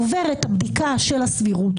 הוא עובר בדיקה של הסבירות,